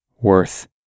worth